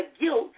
guilt